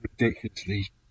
ridiculously